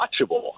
watchable